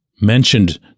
mentioned